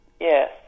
Yes